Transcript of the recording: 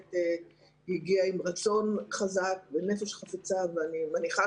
שהגיעה עם רצון חזק ונפש חפצה ואני מניחה